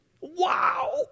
Wow